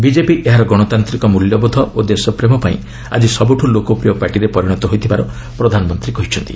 BJP ଏହାର ଗଣତାନ୍ତ୍ରିକ ମୂଲ୍ୟବୋଧ ଓ ଦେଶପ୍ରେମ ପାଇଁ ଆଜି ସବୁଠୁ ଲୋକପ୍ରିୟ ପାର୍ଟିରେ ପରିଣତ ହୋଇଥିବାର ପ୍ରଧାନମନ୍ତ୍ରୀ କହିଛନ୍ତି